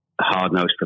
hard-nosed